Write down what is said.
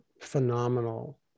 phenomenal